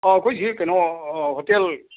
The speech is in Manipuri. ꯑꯩꯈꯣꯏꯁꯤ ꯀꯩꯅꯣ ꯍꯣꯇꯦꯜ